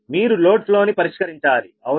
మీరు load flow ని పరిష్కరించాలి అవునా